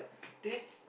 that's